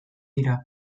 dira